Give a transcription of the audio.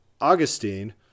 Augustine